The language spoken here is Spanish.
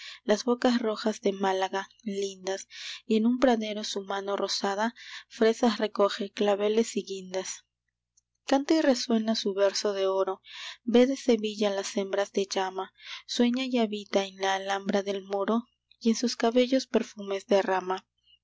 las bocas rojas de málaga lindas y en un pandero su mano rosada fresas recoge claveles y guindas canta y resuena su verso de oro ve de sevilla las hembras de llama sueña y habita en la alhambra del moro y en sus cabellos perfumes derrama